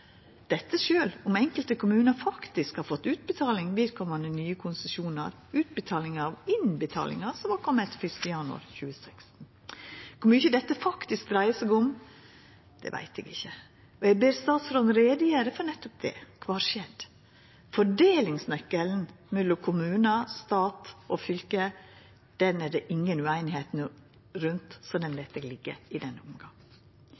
dette sjølv om enkelte kommunar faktisk har fått utbetaling for nye konsesjonar, utbetalingar av innbetalingar som har kome etter 1. januar 2016. Kor mykje dette faktisk dreiar seg om, veit eg ikkje. Eg ber statsråden om å gjera greie for nettopp det. Kva har skjedd? Fordelingsnøkkelen mellom kommunar, stat og fylke er det inga ueinigheit om, så den